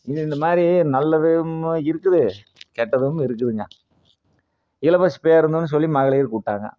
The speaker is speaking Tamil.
இது இந்த மாதிரி நல்லாவும் இருக்குது கெட்டதும் இருக்குதுங்க இலவச பேருந்துனு சொல்லி மகளிருக்கு விட்டாங்க